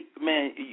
man